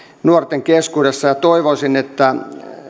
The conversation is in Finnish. nuorten keskuudessa ja toivoisin että